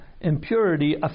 impurity